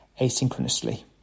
asynchronously